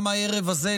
גם בערב הזה,